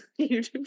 YouTube